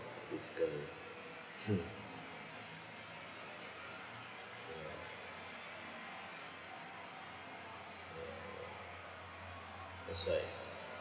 this girl ya ya that's why